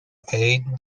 عید